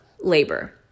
labor